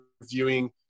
reviewing